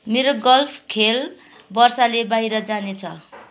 मेरो गल्फ खेल वर्षाले बाहिर जानेछ